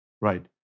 Right